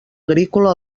agrícola